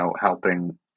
helping